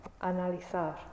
analizar